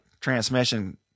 transmission